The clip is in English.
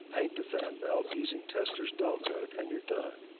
paint the fan belt using testor's dullcote and you're done.